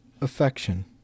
affection